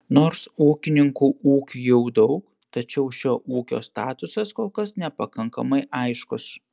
nors ūkininkų ūkių jau daug tačiau šio ūkio statusas kol kas nepakankamai aiškus